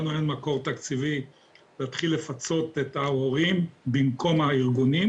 לנו אין מקור תקציבי להתחיל לפצות את ההורים במקום הארגונים